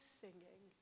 singing